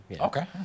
Okay